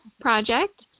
project